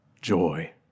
joy